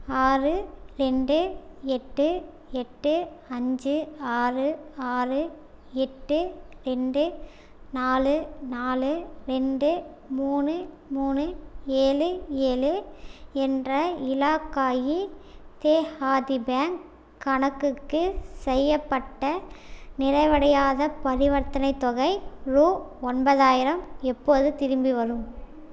ஆறு ரெண்டு எட்டு எட்டு அஞ்சு ஆறு ஆறு எட்டு ரெண்டு நாலு நாலு ரெண்டு மூணு மூணு ஏழு ஏழு என்ற இலாகாயி தேஹாதி பேங்க் கணக்குக்கு செய்யப்பட்ட நிறைவடையாத பரிவர்த்தனைத் தொகை ரூ ஒன்பதாயிரம் எப்போது திரும்பிவரும்